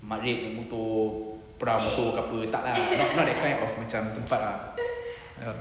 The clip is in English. matrep naik motor perah motor lepak ah not that type of macam tempat ah